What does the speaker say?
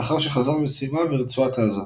לאחר שחזר ממשימה ברצועת עזה.